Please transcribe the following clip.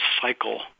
cycle